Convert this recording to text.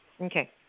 Okay